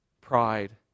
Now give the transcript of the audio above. pride